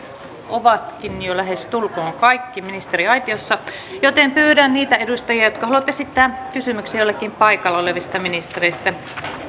ovatkin jo lähestulkoon kaikki ministeriaitiossa pyydän niitä edustajia jotka haluavat esittää kysymyksiä jollekin paikalla olevista ministereistä